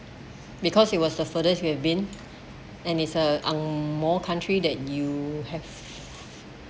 because it was the furthest you have been and it's a ang mo country that you have